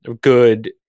good